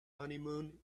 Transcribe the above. honeymoon